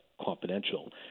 confidential